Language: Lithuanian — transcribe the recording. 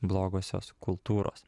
blogosios kultūros